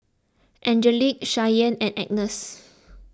Angelic Shyann and Agness